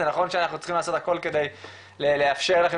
זה נכון שאנחנו צריכים לעשות הכול כדי לאפשר לכם